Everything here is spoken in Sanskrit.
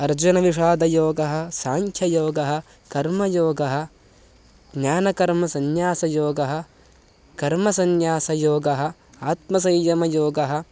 अर्जुनविषादयोगः साङ्ख्ययोगः कर्मयोगः ज्ञानकर्मसंन्यासयोगः कर्मसंन्यासयोगः आत्मसंयमयोगः